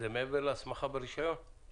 איך